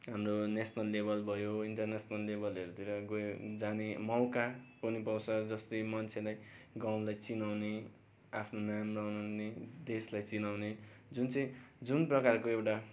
हाम्रो national level भयो international लेभलहरूतिर गए जाने मौका पनि पाउँछ जस्तै मान्छेलाई गाउँलाई चिनाउने आफ्नो नाम बनाउने देशलाई चिनाउने जुन चाहिँ जुन प्रकारको एउटा